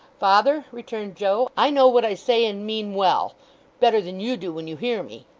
father, returned joe, i know what i say and mean, well better than you do when you hear me.